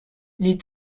les